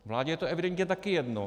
Vládě je to evidentně také jedno.